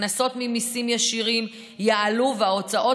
ההכנסות ממיסים ישירים יעלו וההוצאות